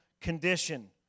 condition